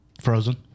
Frozen